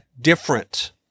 different